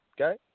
okay